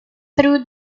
through